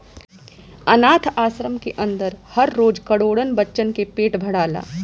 आनाथ आश्रम के अन्दर हर रोज करोड़न बच्चन के पेट भराला